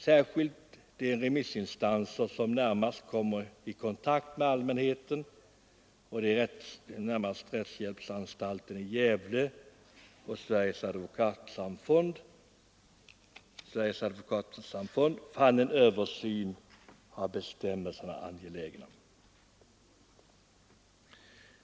Särskilt de remissinstanser som närmast kommer i kontakt med allmänheten, såsom rättshjälpsanstalten i Gävle och Sveriges advokatsamfund, fann en översyn av bestämmelserna angelägen.